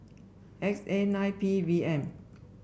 X A nine P V M